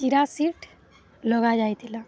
ଚିରା ସିିଟ୍ ଲଗାଯାଇଥିଲା